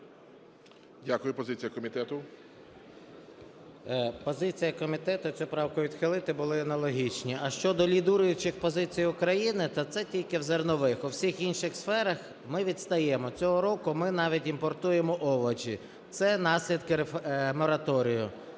М.Т. Позиція комітету – цю правку відхилити, були аналогічні. А щодо лідируючих позицій України, то це тільки в зернових. У всіх інших сферах ми відстаємо. Цього року ми навіть імпортуємо овочі – це наслідки мораторію.